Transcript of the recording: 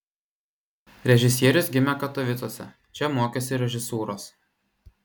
režisierius gimė katovicuose čia mokėsi režisūros